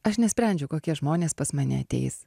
aš nesprendžiu kokie žmonės pas mane ateis